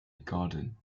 garden